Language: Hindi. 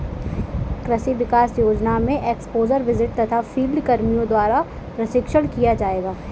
कृषि विकास योजना में एक्स्पोज़र विजिट तथा फील्ड कर्मियों द्वारा प्रशिक्षण किया जाएगा